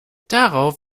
darauf